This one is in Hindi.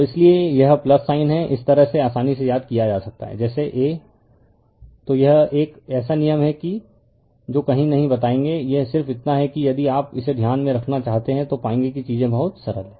तो इसीलिए यह साइन है इस तरह से आसानी से याद किया जा सकता है जैसे a तो यह एक ऐसा नियम है जो कहीं नहीं बताएगे यह सिर्फ इतना है कि यदि आप इसे ध्यान में रखना चाहते हैं तो पाएंगे कि चीजें बहुत सरल हैं